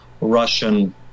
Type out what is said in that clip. Russian